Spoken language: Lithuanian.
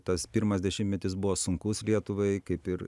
tas pirmas dešimtmetis buvo sunkus lietuvai kaip ir